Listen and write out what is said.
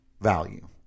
value